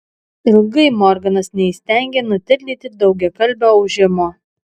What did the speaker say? ilgai morganas neįstengė nutildyti daugiakalbio ūžimo